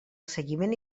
seguiment